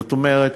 זאת אומרת,